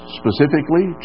specifically